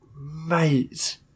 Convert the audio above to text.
mate